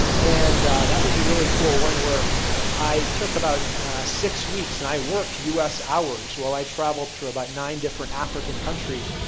and that was a really cool one, where i took about six weeks and i worked us hours while i traveled through about nine different african countries,